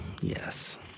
Yes